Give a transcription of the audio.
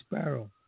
Sparrow